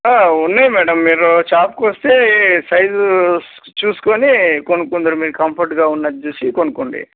ఉన్నాయి మేడం మీరు షాప్కొస్తే సైజు చూసుకొని కొనుక్కుందరు మీరు కంఫర్ట్గా ఉన్న చూసి కొనుక్కోండి